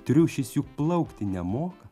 triušis juk plaukti nemoka